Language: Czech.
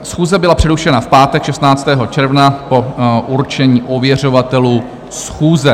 Schůze byla přerušena v pátek 16. června po určení ověřovatelů schůze.